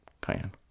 cayenne